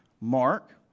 Mark